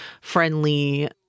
friendly